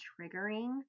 triggering